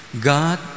God